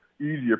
easier